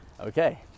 okay